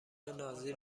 نازی